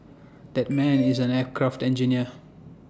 that man is an aircraft engineer